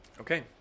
okay